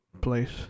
place